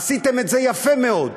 עשיתם את זה יפה מאוד.